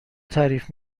تعریف